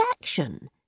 action